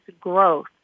growth